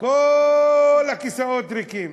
כל הכיסאות ריקים: